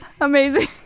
Amazing